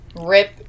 Rip